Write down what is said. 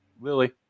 Lily